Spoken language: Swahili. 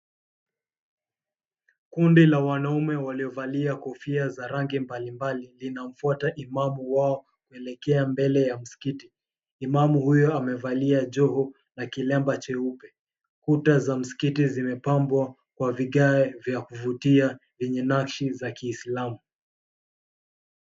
Kundi la wanaume waliovalia kofia za rangi mbalimbali linamfuata imamu wao kuelekea mbele ya msikiti. Imamu huyo amevalia joho na kilemba cheupe. Kuta za msikiti zimepambwa kwa vigae vya kuvutia vyenye nashi za kiislamu.